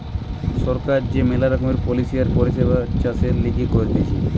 সরকার যে মেলা রকমের পলিসি আর পরিষেবা চাষের লিগে করতিছে